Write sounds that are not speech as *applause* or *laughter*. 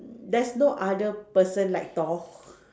there's no other person like Thor *breath*